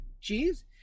cheese